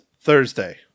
thursday